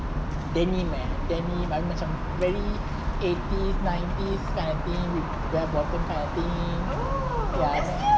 denim eh denim abeh macam very eighties nineties kind of things with bell bottom kind of things ya